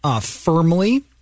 firmly